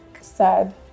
sad